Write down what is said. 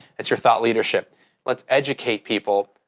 it's your thought leadership let's educate people,